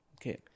Okay